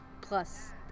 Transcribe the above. plus